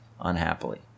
unhappily